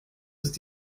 ist